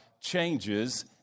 changes